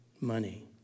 money